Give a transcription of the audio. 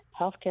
Healthcare